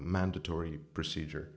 mandatory procedure